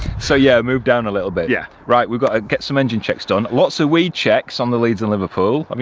so yeah. move down a little bit. yeah right we've got to get some engine checks done. lots of weed checks on the leeds and liverpool, um